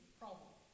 problem